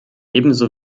ebenso